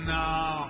now